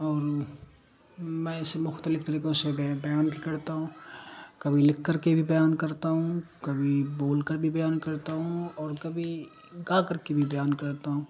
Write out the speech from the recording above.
اور میں اسے مختلف طریقوں سے بیان کرتا ہوں کبھی لکھ کر کے بھی بیان کرتا ہوں کبھی بول کر بھی بیان کرتا ہوں اور کبھی گا کر کے بھی بیان کرتا ہوں